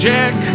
Jack